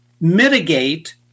mitigate